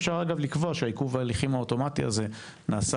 אפשר לקבוע שעיכוב ההליכים האוטומטי הזה נעשה